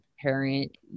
parent